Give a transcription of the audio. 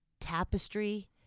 tapestry